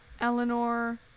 Eleanor